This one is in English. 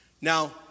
Now